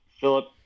Philip